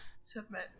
Submit